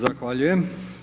Zahvaljujem.